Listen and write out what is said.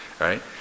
right